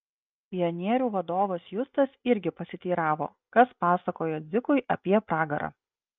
pionierių vadovas justas irgi pasiteiravo kas pasakojo dzikui apie pragarą